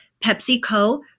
PepsiCo